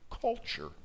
culture